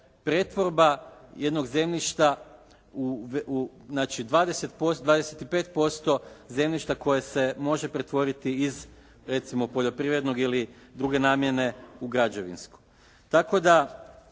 pretvorba jednog zemljišta, znači 25% zemljišta koje se može pretvoriti iz recimo poljoprivrednog ili druge namjene u građevinskog. Tako da